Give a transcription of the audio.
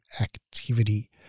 activity